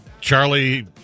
Charlie